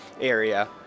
area